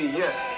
yes